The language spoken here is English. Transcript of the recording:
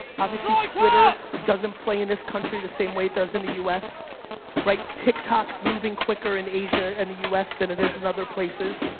obviously twitter doesn't play in this country the same way it does in the u s right. tic-tacs moving quicker in asia and the u s than it is in other places.